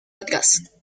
atrás